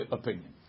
opinion